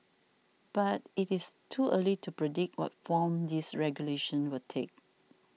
but it is too early to predict what form these regulations will take